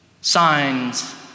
signs